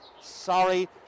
sorry